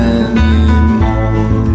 anymore